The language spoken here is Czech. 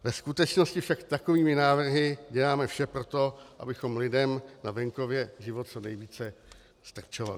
Ve skutečnosti však takovými návrhy děláme vše pro to, abychom lidem na venkově život co nejvíce ztrpčovali.